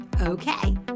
Okay